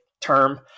term